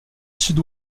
sud